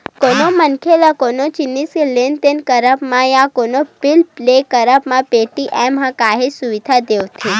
कोनो मनखे ल कोनो जिनिस के लेन देन करब म या कोनो बिल पे करब म पेटीएम ह काहेच सुबिधा देवथे